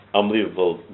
unbelievable